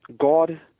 God